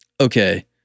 okay